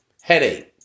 Headache